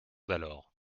d’alors